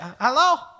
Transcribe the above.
Hello